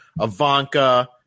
Ivanka